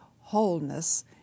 wholeness